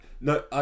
No